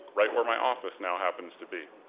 right where my office now happens to be.